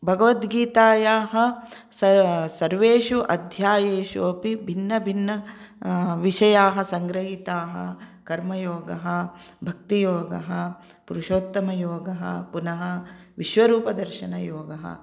भगवद्गीतायाः सर् सर्वेषु अध्यायेषु अपि भिन्नभिन्न विषयाः सङ्ग्रहिताः कर्मयोगः भक्तियोगः पुरुषोत्तमयोगः पुनः विश्वरूपदर्शनयोगः